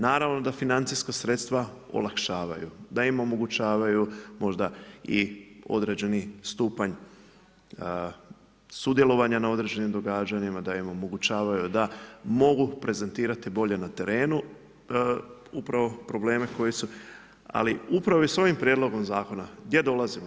Naravno da financijska sredstva olakšavaju, da im omogućavaju možda i određeni stupanj sudjelovanja na određenim događanjima, da im omogućavaju da mogu prezentirati bolje na trenu upravo probleme koji su, ali upravo i s ovim Prijedlogom Zakona, gdje dolazimo?